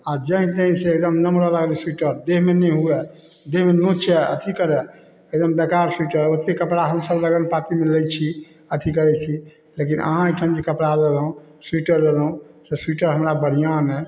आ जैँह तैँहसँ एगदम नमरऽ लागल स्वीटर देहमे नहि हुवाए देहमे नोचए अथी करए एकदम बेकार स्वीटर अतेक कपड़ा हमसब लगन पातीमे लै छी अथी करै छी लेकिन अहाँ एहिठाम जे कपड़ा लेलहुॅं स्वीटर लेलहुॅं से स्वीटर हमरा बढ़िऑं नहि